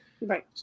Right